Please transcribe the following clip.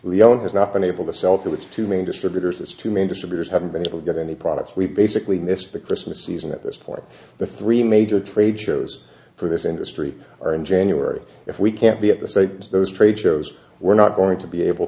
leon has not been able to sell to the two main distributors those two men distributors haven't been able to get any products we've basically missed the christmas season at this point the three major trade shows for this industry are in january if we can't be of the same those trade shows we're not going to be able